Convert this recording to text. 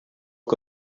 que